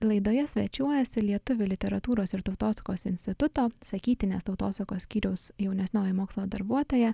laidoje svečiuojasi lietuvių literatūros ir tautosakos instituto sakytinės tautosakos skyriaus jaunesnioji mokslo darbuotoja